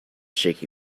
shaky